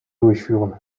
durchführen